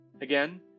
Again